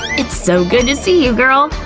it's so good to see you, girl!